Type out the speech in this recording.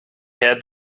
had